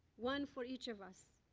one for each of us,